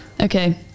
Okay